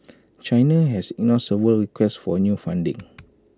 China has ignored several requests for new funding